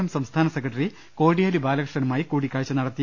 M സംസ്ഥാന secretary Kodiyeri ബാലകൃഷ്ണനുമായി കൂടിക്കാഴ്ച നടത്തി